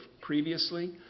previously